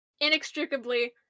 Inextricably